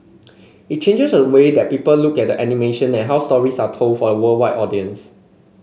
it changes a way that people look at animation and how stories are told for a worldwide audience